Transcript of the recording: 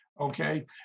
okay